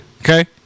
Okay